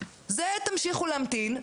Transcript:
זה תמשיכו להמתין,